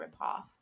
ripoff